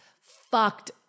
fucked